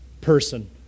Person